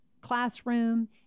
classroom